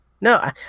No